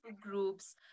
groups